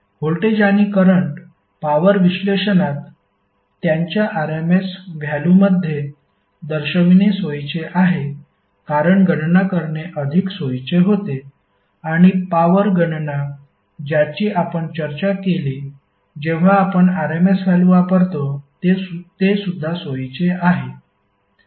voltage आणि current power विश्लेषणात त्यांच्या RMS व्हॅल्यूमध्ये दर्शविणे सोयीचे आहे कारण गणना करणे अधिक सोयीचे होते आणि पॉवर गणना ज्याची आपण चर्चा केली जेव्हा आपण RMS व्हॅल्यू वापरतो ते सुद्धा सोयीचे आहे